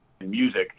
Music